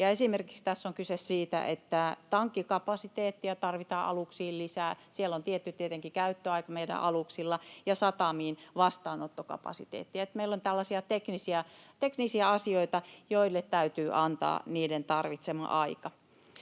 esimerkiksi siitä, että tankkikapasiteettia tarvitaan aluksiin lisää — siellä on tietenkin tietty käyttöaika meidän aluksilla — ja satamiin vastaanottokapasiteettia, niin että meillä on tällaisia teknisiä asioita, joille täytyy antaa niiden tarvitsema aika.